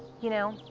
you know,